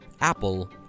Apple